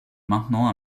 maintenant